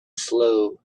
slow